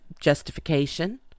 justification